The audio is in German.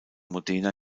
modena